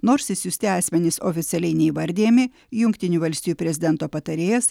nors išsiųsti asmenys oficialiai neįvardijami jungtinių valstijų prezidento patarėjas